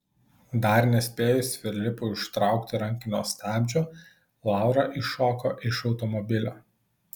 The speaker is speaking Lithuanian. dar nespėjus filipui užtraukti rankinio stabdžio laura iššoko iš automobilio